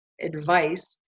advice